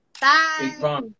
Bye